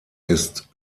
ist